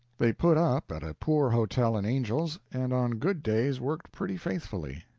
they put up at a poor hotel in angel's, and on good days worked pretty faithfully.